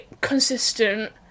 consistent